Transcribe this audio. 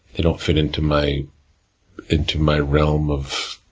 they don't fit into my into my realm of